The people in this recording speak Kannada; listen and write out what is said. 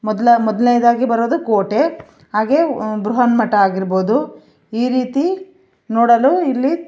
ಮೊದ್ಲು ಮೊದಲ್ನೇದಾಗಿ ಬರೋದು ಕೋಟೆ ಹಾಗೇ ಬೃಹನ್ಮಠ ಆಗಿರ್ಬೋದು ಈ ರೀತಿ ನೋಡಲು ಇಲ್ಲಿ